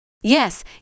Yes